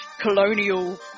colonial